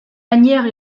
asnières